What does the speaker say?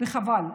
וחבל.